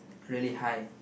really high